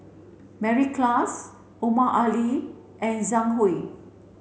Mary Klass Omar Ali and Zhang Hui